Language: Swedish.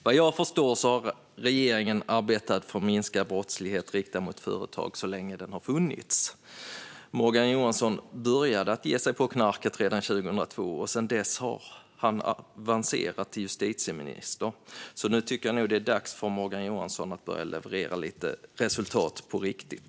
Vad jag förstår har regeringen arbetat för minskad brottslighet riktad mot företag så länge den har funnits. Morgan Johansson började ge sig på knarket redan 2002. Sedan dess har han avancerat till justitieminister, så nu tycker jag nog att det är dags för Morgan Johansson att börja leverera lite resultat på riktigt.